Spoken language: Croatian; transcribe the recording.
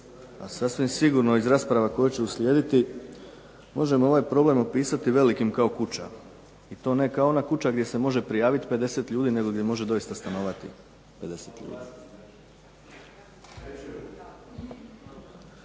a sasvim sigurno iz rasprava koje će uslijediti, možemo ovaj problem opisati velikim kao kuća i to ne kao ona kuća gdje se može prijavit 50 ljudi nego gdje može doista stanovati 50 ljudi.